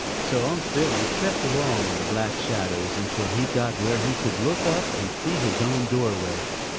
so unc' billy crept along in the black shadows until he got where he could look up and see his own doorway.